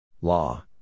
Law